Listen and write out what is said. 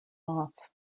off